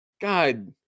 god